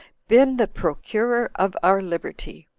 been the procurer of our liberty.